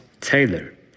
Taylor